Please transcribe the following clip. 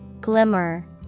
Glimmer